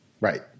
Right